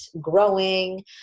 growing